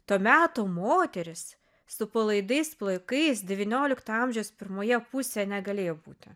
to meto moteris su palaidais plaukais devyniolikto amžiaus pirmoje pusėje negalėjo būti